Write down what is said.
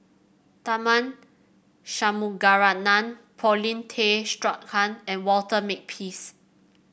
Tharman Shanmugaratnam Paulin Tay Straughan and Walter Makepeace